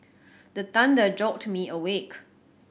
the thunder jolt me awake